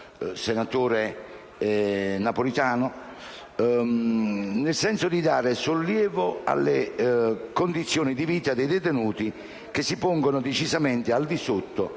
senatore Napolitano, nel senso di dare sollievo alle condizioni di vita dei detenuti che si pongono decisamente al di sotto